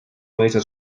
mõisa